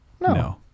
No